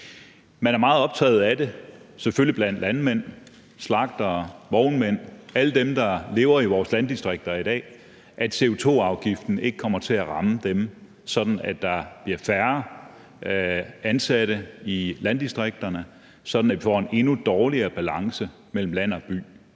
Man er meget optaget af, selvfølgelig blandt landmænd, slagtere, vognmænd, alle dem, der lever i vores landdistrikter i dag, at CO2-afgiften ikke kommer til at ramme dem, sådan at der bliver færre ansatte i landdistrikterne, og sådan at vi får en endnu dårligere balance mellem land og by.